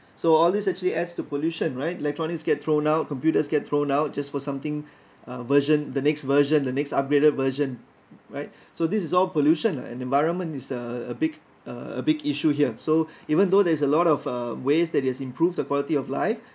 so all these actually adds to pollution right electronics get thrown out computers get thrown out just for something version the next version the next upgraded version right so this is all pollution lah and environment is uh a big a big issue here so even though there's a lot of uh ways that it has improved the quality of life